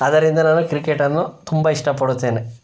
ಆದ್ದರಿಂದ ನಾನು ಕ್ರಿಕೆಟನ್ನು ತುಂಬ ಇಷ್ಟಪಡುತ್ತೇನೆ